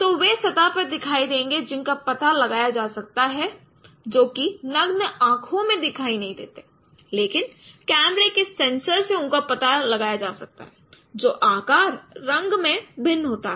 तो वे सतह पर दिखाई देंगे जिनका पता लगाया जा सकता है जो कि नग्न आंखों में दिखाई नहीं देते लेकिन कैमरे के सेंसर से उनका पता लगाया जा सकता है जो आकार रंग में भिन्न होता है